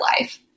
life